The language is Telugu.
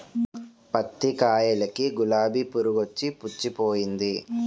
పత్తి కాయలకి గులాబి పురుగొచ్చి పుచ్చిపోయింది